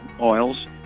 oils